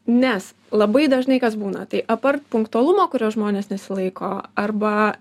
nes labai dažnai kas būna tai apart punktualumo kurio žmonės nesilaiko arba